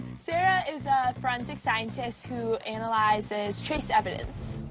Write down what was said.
sarah is a forensic scientist who analyzes trace evidence.